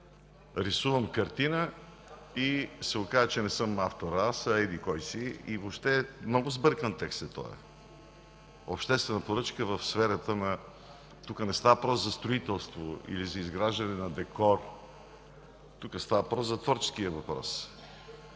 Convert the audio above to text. Рисувам картина и се оказва, че не съм авторът аз, а еди кой си. Въобще този текст е много сбъркан – обществена поръчка в сферата на… Тук не става въпрос за строителство или за изграждане на декор, тук става дума за творческия въпрос.